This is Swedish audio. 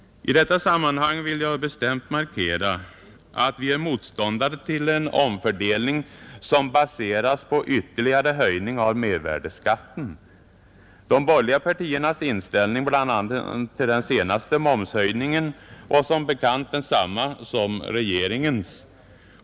I detta sammanhang vill jag bestämt markera att vi är motståndare till en omfördelning, som baseras på ytterligare höjning av mervärdeskatten. De borgerliga partiernas inställning till den senaste momshöjningen var som bekant densamma som regeringens.